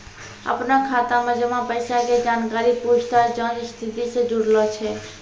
अपनो खाता मे जमा पैसा के जानकारी पूछताछ जांच स्थिति से जुड़लो छै